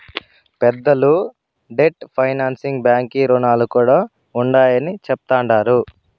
పెద్దలు debt financing బాంకీ రుణాలు కూడా ఉండాయని చెప్తండారు